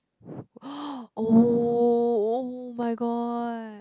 oh oh my god